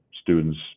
Students